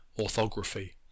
orthography